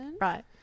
Right